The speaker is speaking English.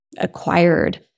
acquired